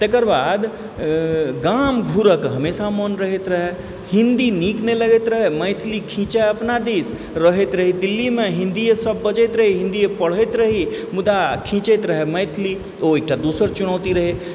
तकर बाद गाम घुरयके हमेशा मोन रहैत रहए हिन्दी नीक नहि लगैत रहए मैथिली खीँचए अपना दिस रहैत रही दिल्लीमे हिन्दीए सभ बजैत रहै हिन्दीए पढ़ैत रही मुदा खीँचैत रहए मैथिली ओ एकटा दोसर चुनौती रहै